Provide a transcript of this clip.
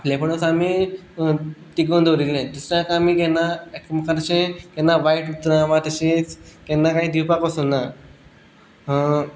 आपेलपण आमी तिगोवन दवरिल्लें दुसऱ्याक आमी केन्ना एकमेका तशें केन्ना वायट उतरां वा तशींच केन्ना कांय दिवपाक वसुना